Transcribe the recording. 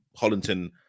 hollington